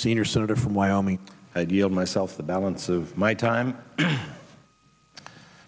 senior senator from wyoming ideal myself the balance of my time